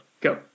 go